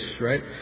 Right